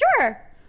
Sure